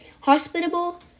hospitable